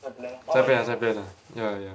再 plan lah 再 plan ya ya